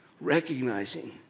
Recognizing